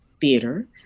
theater